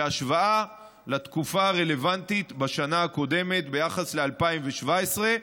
בהשוואה לתקופה הרלוונטית בשנה הקודמת ביחס ל-2017,